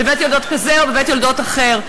בבית-יולדות כזה או בבית-יולדות אחר.